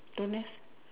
don't have